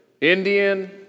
Indian